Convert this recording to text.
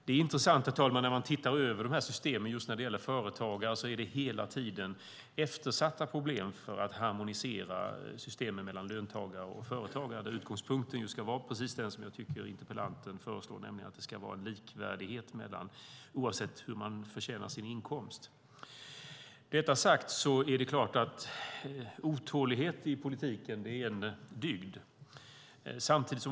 Det är intressant att man när man tittar över dessa system just när det gäller företagare, herr talman, hela tiden ser eftersatta problem för att harmonisera systemen mellan löntagare och företagare. Utgångspunkten ska vara precis den jag tycker att interpellanten föreslår, nämligen en likvärdighet oavsett hur man förtjänar sin inkomst. Med detta sagt är det klart att otålighet i politiken är en dygd.